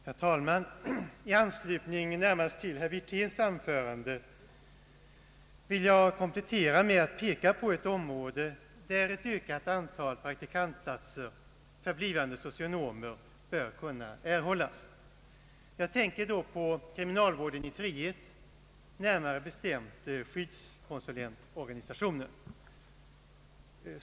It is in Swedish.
Herr talman! I anslutning närmast till herr Wirténs anförande vill jag komplettera med att peka på ett område där ett ökat antal praktikantplatser för blivande socionomer bör kunna erhållas. Jag tänker på kriminalvården i frihet och närmare bestämt skyddskonsulentorganisationen.